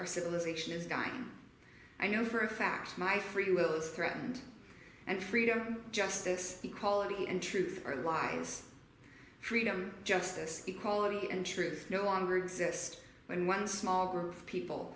our civilization is going i know for a fact my free will is threatened and freedom justice equality and truth are lies freedom justice equality and truth no longer exist when one small group of people